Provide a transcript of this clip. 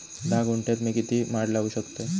धा गुंठयात मी किती माड लावू शकतय?